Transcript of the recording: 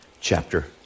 chapter